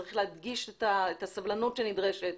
צריך להדגיש את הסבלנות הנדרשת